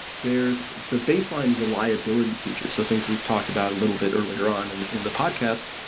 there's the baseline reliability feature. so things we've talked about a little bit earlier on and in the podcast,